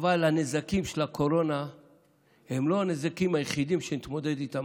יואב, לא שומעים אותך.